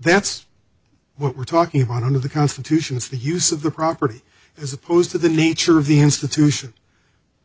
that's what we're talking about under the constitution is the use of the property as opposed to the nature of the institution